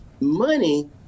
money